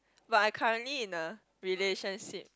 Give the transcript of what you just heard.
but I currently in a relationship